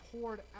poured